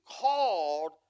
called